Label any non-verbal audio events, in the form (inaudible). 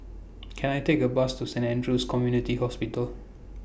(noise) Can I Take A Bus to Saint Andrew's Community Hospital